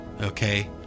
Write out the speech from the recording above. Okay